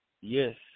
yes